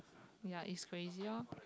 ya it's crazy orh